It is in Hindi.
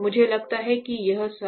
मुझे लगता है कि यह सब